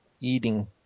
eating